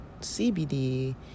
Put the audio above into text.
CBD